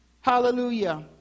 Hallelujah